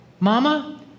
mama